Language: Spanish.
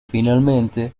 finalmente